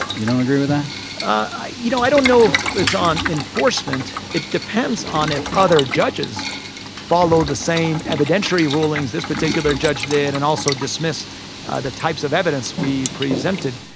you don't agree with ah that? you know, i don't know if it's on enforcement. it depends on if other judges follow the same evidentiary rulings this particular judge did and also dismiss the types of evidence we presented.